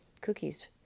cookies